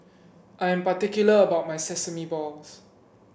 I am particular about my Sesame Balls